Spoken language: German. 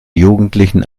jugendlichen